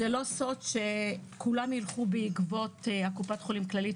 זה לא סוד שכולם ילכו בעקבות קופת חולים כללית,